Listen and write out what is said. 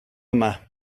yma